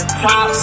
top